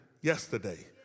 yesterday